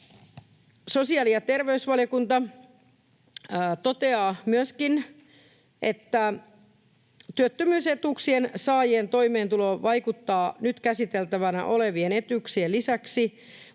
Sosiaali- ja terveysvaliokunta toteaa myöskin, että työttömyysetuuksien saajien toimeentuloon vaikuttavat nyt käsiteltävänä olevien etuuksien lisäksi